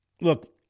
Look